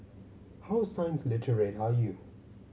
how science literate are you